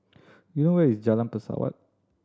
do you know where is Jalan Pesawat